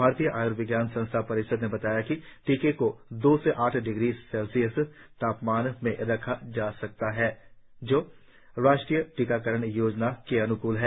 भारतीय आय्र्विज्ञान संस्थान परिषद ने बताया है कि टीके को दो से आठ डिग्री सेंटीग्रेड तापमान में रखा जा सकता है जो राष्ट्रीय टीकाकरण योजना के अन्कूल है